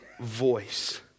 voice